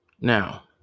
Now